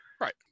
Right